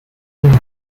eight